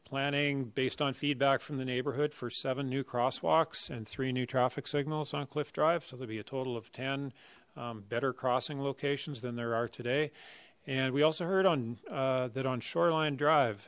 planning based on feedback from the neighborhood for seven new crosswalks and three new traffic signals on cliff drive so there'll be a total of ten better crossing locations than there are today and we also heard on that on shoreline drive